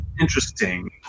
interesting